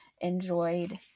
enjoyed